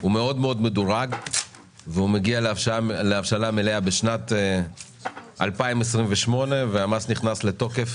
הוא מאוד מדורג; הוא מגיע להבשלה מלאה ב-2028 והמס נכנס לתוקף